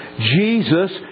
Jesus